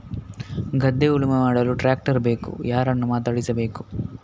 ಗದ್ಧೆ ಉಳುಮೆ ಮಾಡಲು ಟ್ರ್ಯಾಕ್ಟರ್ ಬೇಕು ಯಾರನ್ನು ಮಾತಾಡಿಸಬೇಕು?